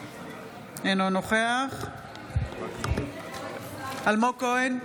אינו נוכח אלמוג כהן,